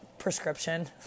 Prescription